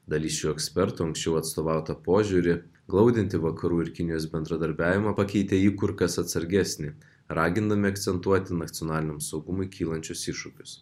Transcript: dalis šių ekspertų anksčiau atstovautą požiūrį glaudinti vakarų ir kinijos bendradarbiavimą pakeitė į kur kas atsargesnį ragindami akcentuoti nacionaliniam saugumui kylančius iššūkius